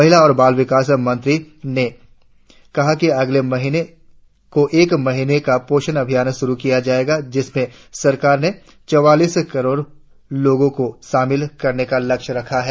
महिला और बाल विकास मंत्री ने कहा कि अगले महीने को एक महीने का पोषण अभियान शुरु किया जायेगा जिसमें सरकार ने चौवालीस करोड़ लोगो को शामिल करने का लक्ष्य रखा है